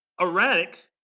erratic